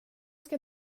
ska